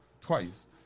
twice